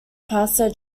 parser